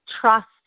trust